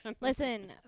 Listen